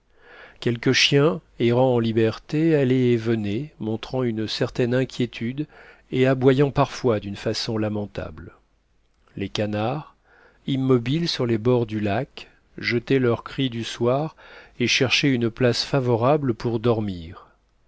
quelques chiens errant en liberté allaient et venaient montrant une certaine inquiétude et aboyant parfois d'une façon lamentable les canards immobiles sur les bords du lac jetaient leur cri du soir et cherchaient une place favorable pour dormir